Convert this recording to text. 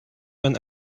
man